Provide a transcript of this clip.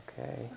Okay